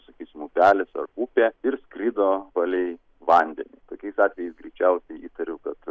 sakysim upelis ar upė ir skrido palei vandenį tokiais atvejais greičiausiai įtariu kad